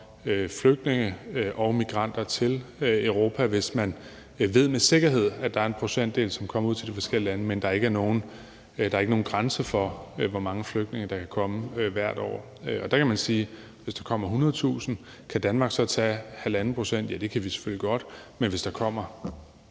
flygtninge og migranter til Europa, hvis man ved med sikkerhed, at der er en procentdel, der kommer ud til de forskellige lande, men at der ikke er nogen grænse for, hvor mange flygtninge der kan komme hvert år. Hvis der kommer 100.000, kan Danmark så tage 1,5 pct.? Ja, det kan vi selvfølgelig godt. Men hvis der kommer